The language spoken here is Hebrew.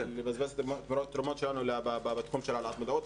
לבזבז את התרומות שלנו בתחום של העלאת מודעות,